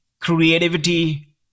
creativity